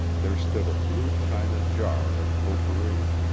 there stood a blue china jar of potpourri,